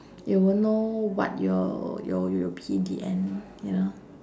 you won't know what you'll you'll you'll be in the end you know